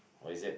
oh is it